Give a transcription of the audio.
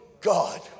God